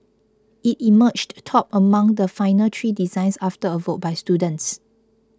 it emerged top among the final three designs after a vote by students